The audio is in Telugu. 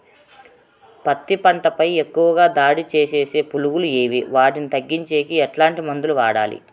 పత్తి పంట పై ఎక్కువగా దాడి సేసే పులుగులు ఏవి వాటిని తగ్గించేకి ఎట్లాంటి మందులు వాడాలి?